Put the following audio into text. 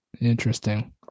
Interesting